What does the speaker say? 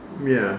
ya